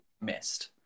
missed